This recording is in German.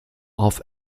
auf